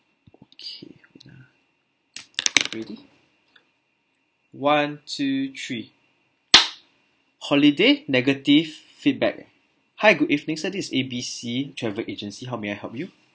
okay wait ah ready one two three holiday negative feedback hi good evening sir this is A B C travel agency how may I help you